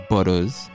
Butters